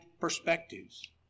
perspectives